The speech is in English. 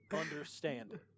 understand